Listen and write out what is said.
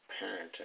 parenting